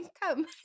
come